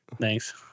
Thanks